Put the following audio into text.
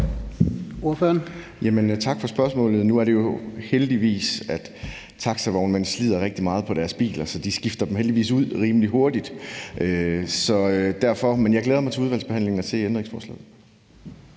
Tak for spørgsmålet. Nu er det jo heldigvis sådan, at taxavognmænd slider rigtig meget på deres biler, så de skifter dem heldigvis ud rimelig hurtigt. Jeg glæder mig til udvalgsbehandlingen og til at se ændringsforslaget.